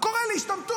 הוא קורא להשתמטות.